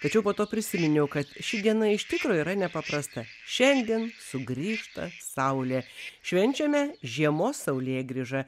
tačiau po to prisiminiau kad ši diena iš tikro yra nepaprasta šiandien sugrįžta saulė švenčiame žiemos saulėgrįžą